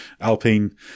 Alpine